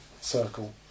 circle